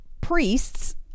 priests